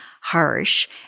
harsh